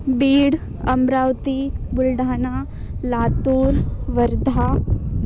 bead Amravati Buldhana Latur Wardha